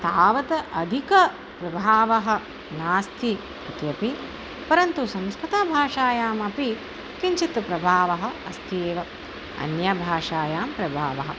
तावत् अधिकः प्रभावः नास्ति इत्यपि परन्तु संस्कृतभाषायामपि किञ्चित् प्रभावः अस्ति एव अन्य भाषायां प्रभावः